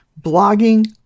blogging